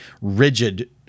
rigid